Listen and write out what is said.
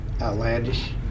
outlandish